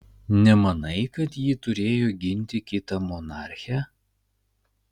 nemanai kad ji turėjo ginti kitą monarchę